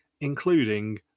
including